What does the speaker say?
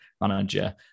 manager